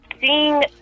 seeing